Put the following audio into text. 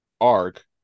arc